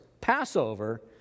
Passover